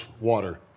water